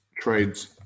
trades